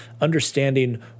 understanding